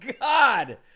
God